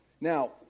Now